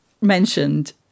mentioned